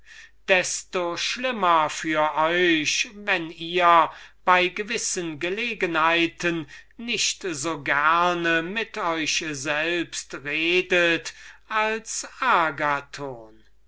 desto schlimmer für euch wenn ihr bei gewissen gelegenheiten nicht so gerne mit euch selbst redet als agathon